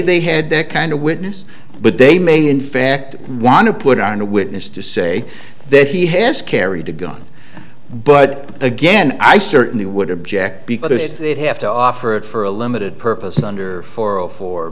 they had that kind of witness but they may in fact want to put on a witness to say that he has carried a gun but again i certainly would object because it have to offer it for a limited purpose under for